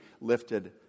lifted